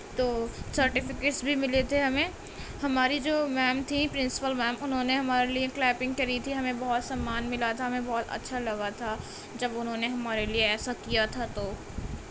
تو سرٹیفکٹس بھی ملے تھے ہمیں ہماری جو میم تھیں پرنسپل میم انہوں نے ہمارے لیے کلیپنگ کری تھی ہمیں بہت سمان ملا تھا ہمیں بہت اچھا لگا تھا جب انہوں نے ہمارے لیے ایسا کیا تھا تو